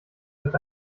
wird